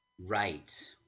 Right